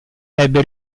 ebbe